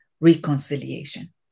reconciliation